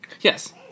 yes